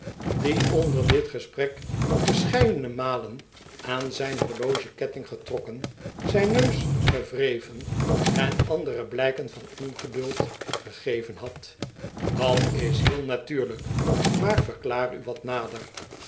die onder dit gesprek verscheidene malen aan zijn horlogeketting getrokken zijn neus ge wreven en andere blijken van ongeduld ge geven had dat is heel natuurlijk maar verklaar u wat nader